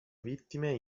vittime